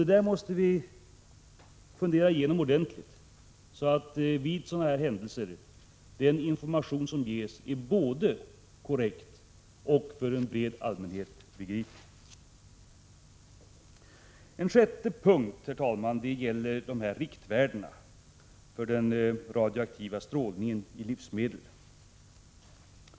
Detta måste vi fundera igenom ordentligt, så att den information som ges i samband med sådana händelser blir både korrekt och för en bred allmänhet begriplig. En sjätte punkt, herr talman, gäller riktvärdena för radioaktiv strålning i livsmedel.